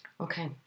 Okay